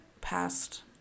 past